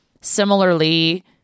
similarly